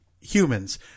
humans